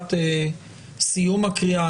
לקראת סיום הקריאה.